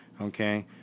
Okay